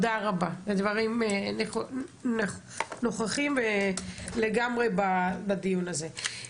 אלה דברים נכוחים לגמרי בדיון הזה.